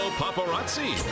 paparazzi